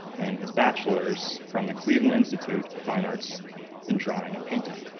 and his bachelors from the cleveland institute of fine arts in drawing and painting.